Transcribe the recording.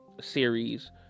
series